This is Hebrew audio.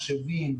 מחשבים,